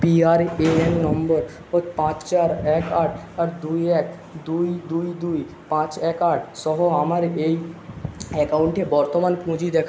PRAN নম্বর পাঁচ চার এক আট দুই এক দুই দুই দুই পাঁচ এক আটসহ আমার এই অ্যাকাউন্টে বর্তমান পুঁজি দেখা